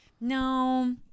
No